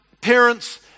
Parents